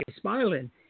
smiling